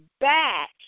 back